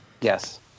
Yes